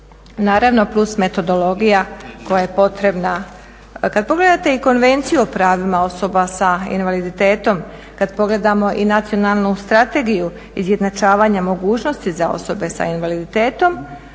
Naravno plus metodologija koja je potrebna. Kad pogledate i Konvenciju o pravima osoba s invaliditetom, kad pogledamo i Nacionalnu strategiju izjednačavanja mogućnosti za osobe sa invaliditetom